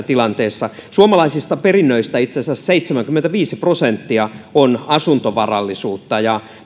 tilanteessa suomalaisista perinnöistä itse asiassa seitsemänkymmentäviisi prosenttia on asuntovarallisuutta ja